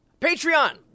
Patreon